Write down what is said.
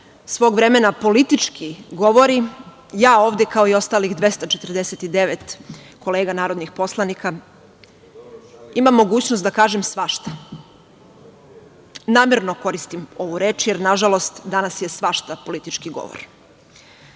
svog vremena politički govori, ja ovde, kao i ostalih 249 kolega narodnih poslanika, imam mogućnost da kažem svašta. Namerno koristim ovu reč, jer nažalost danas je svašta politički govor.